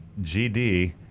GD